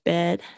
Bed